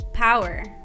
Power